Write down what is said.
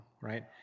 right